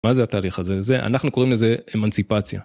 מה זה התהליך הזה זה אנחנו קוראים לזה אמנציפציה.